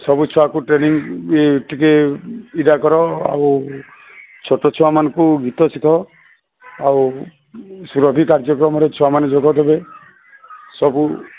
ସବୁ ଛୁଆଙ୍କୁ ଟ୍ରେନିଂ ଟିକେ ଇଟା କର ଆଉ ଛୁଆମାନଙ୍କୁ ଗୀତ ଶିଖାଅ ଆଉ ସୁରଭି କାର୍ଯ୍ୟକ୍ରମରେ ଛୁଆମାନେ ଯୋଗ ଦେବେ ସବୁ